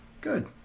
Good